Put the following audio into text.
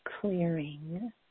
clearing